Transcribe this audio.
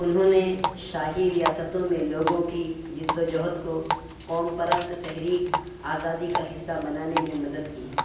انہوں نے شاہی ریاستوں میں لوگوں کی جدوجہد کو قوم پرست تحریک آزادی کا حصہ بنانے میں مدد کی